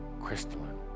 crystalline